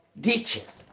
Ditches